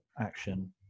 action